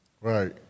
Right